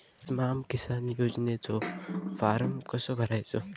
स्माम किसान योजनेचो फॉर्म कसो भरायचो?